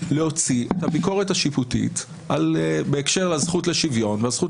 להוציא את הביקורת השיפוטית בהקשר לזכות לשוויון והזכות